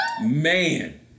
Man